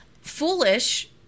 foolish